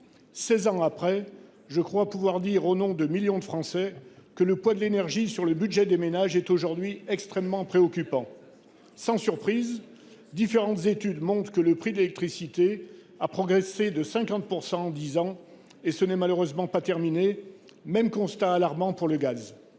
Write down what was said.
ans après, je crois pouvoir dire, au nom de millions de Français, que le poids de l'énergie sur le budget des ménages est aujourd'hui extrêmement préoccupant. Sans surprise, différentes études montrent que le prix de l'électricité a progressé de près de 50 % en dix ans, et ce n'est malheureusement pas terminé ! Même constat alarmant pour le gaz